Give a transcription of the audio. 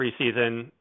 preseason